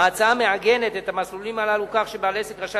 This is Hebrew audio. ההצעה מעגנת את המסלולים הללו כך שבעל עסק רשאי